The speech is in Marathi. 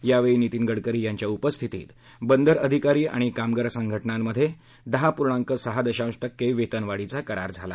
यावेळी नितीन गडकरी यांच्या उपस्थितीत बंदर अधिकारी आणि कामगार संघटनांमध्ये दहा पूर्णांक सहा दशांश टक्के वेतनवाढीचा करार झाला